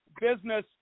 business